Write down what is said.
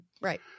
Right